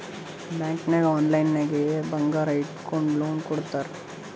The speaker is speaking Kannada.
ಬ್ಯಾಂಕ್ ನಾಗ್ ಆನ್ಲೈನ್ ನಾಗೆ ಬಂಗಾರ್ ಇಟ್ಗೊಂಡು ಲೋನ್ ಕೊಡ್ತಾರ್